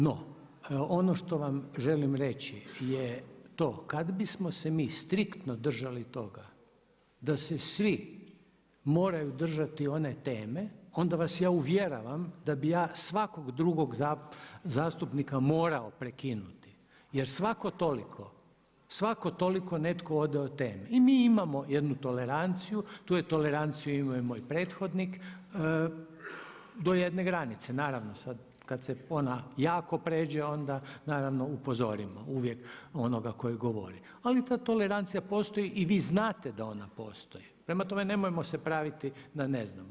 No, ono što vam želim reći je to kada bismo se mi striktno držali toga da se svi moraju držati one teme onda vas ja uvjeravam da bih ja svakog drugog zastupnika morao prekinuti, jer svatko toliko, svatko toliko netko ode od teme i mi imamo jednu toleranciju, tu je toleranciju imao i moj prethodnik do jedne granice, naravno, sada kada se ona jako pređe onda naravno upozorimo uvijek onoga koji govori ali ta tolerancija postoji i vi znate da ona postoji prema tome nemojmo se praviti da ne znamo.